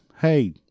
Hey